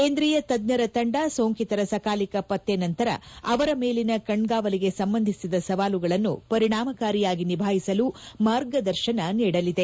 ಕೇಂದ್ರೀಯ ತಜ್ಞರ ತಂಡ ಸೋಂಕಿತರ ಸಕಾಲಿಕ ಪತ್ತೆ ನಂತರ ಅವರ ಮೇಲಿನ ಕಣ್ಗಾವಲಿಗೆ ಸಂಬಂಧಿಸಿದ ಸವಾಲುಗಳನ್ನು ಪರಿಣಾಮಕಾರಿಯಾಗಿ ನಿಭಾಯಿಸಲು ಮಾರ್ಗದರ್ಶನ ನೀಡಲಿದೆ